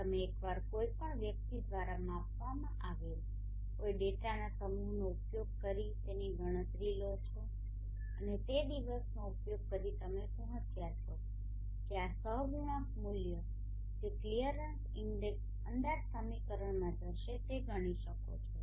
તમે એક વાર કોઈ પણ વ્યક્તિ દ્વારા માપવામાં આવેલ કોઈ ડેટાના સમૂહનો ઉપયોગ કરીને તેની ગણતરી કરો છો અને તે દિવસનો ઉપયોગ કરીને તમે પહોંચ્યા છો કે આ સહગુણાંક મૂલ્યો જે ક્લિયરન્સ ઇન્ડેક્સ અંદાજ સમીકરણમાં જશે તે ગણી શકો છો